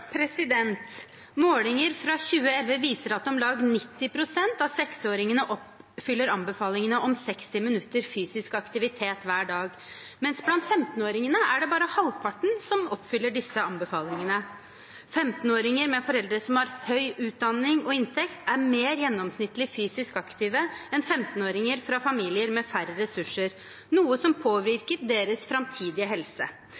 Målinger fra 2011 viser at om lag 90 pst. av 6-åringene oppfyller anbefalingene om 60 minutter fysisk aktivitet hver dag, mens blant 15-åringene er det bare halvparten som oppfyller disse anbefalingene. 15-åringer med foreldre som har høy utdanning og inntekt, er gjennomsnittlig mer fysisk aktive enn 15-åringer fra familier med færre ressurser, noe som påvirker deres framtidige helse.